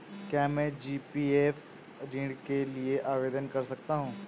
क्या मैं जी.पी.एफ ऋण के लिए आवेदन कर सकता हूँ?